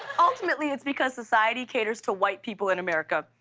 ultimately, it's because society caters to white people in america,